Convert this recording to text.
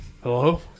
hello